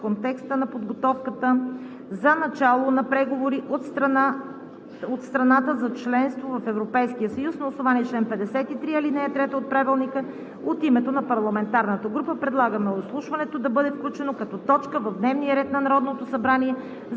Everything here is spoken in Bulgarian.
в контекста на подготовката за начало на преговори от страната за членство в Европейския съюз. На основание чл. 53, ал. 3 от Правилника от името на парламентарната група предлагаме изслушването да бъде включено като точка в дневния ред на Народното събрание